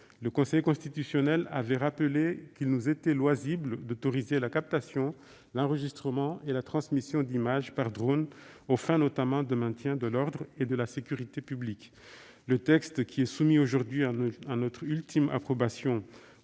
Le Conseil constitutionnel avait rappelé qu'il nous était loisible d'autoriser la captation, l'enregistrement et la transmission d'images par drones aux fins notamment du maintien de l'ordre et de la sécurité publics. Le texte soumis aujourd'hui à notre ultime approbation